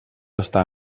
estar